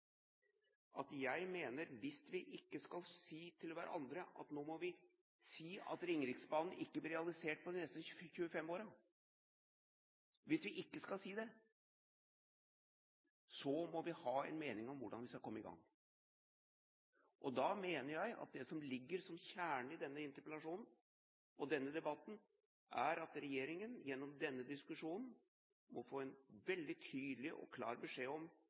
Men jeg vil likevel si, når statsråden sitter og følger nøye med, at hvis vi ikke skal si til hverandre at Ringeriksbanen ikke blir realisert på de neste 25 årene – hvis vi ikke skal si det – må vi ha en mening om hvordan vi skal komme i gang. Og da mener jeg at det som ligger som kjernen i denne interpellasjonen, og denne debatten, er at regjeringen gjennom denne diskusjonen må få en veldig tydelig og klar beskjed: